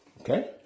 okay